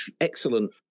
excellent